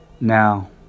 Now